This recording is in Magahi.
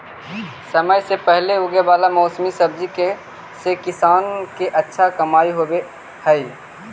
समय से पहले उगे वाला बेमौसमी सब्जि से किसान के अच्छा कमाई होवऽ हइ